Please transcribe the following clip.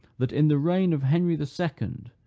that in the reign of henry the second,